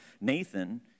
Nathan